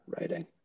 writing